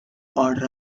order